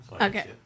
Okay